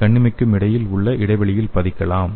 கண்ணிமைக்கும் இடையில் உள்ள இடைவெளியில் பதிக்கலாம்